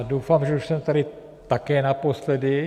Doufám, že už jsem tady také naposledy.